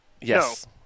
Yes